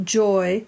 joy